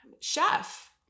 chef